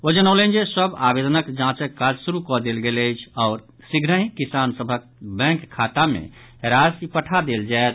ओ जनौलनि जे सभ आवेदनक जांचक काज शुरू कऽ देल गेल अछि आओर शीघ्रहि किसान सभक बैंक खाता मे राशि पठा देल जायत